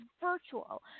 virtual